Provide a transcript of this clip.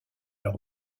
leur